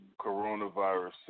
coronavirus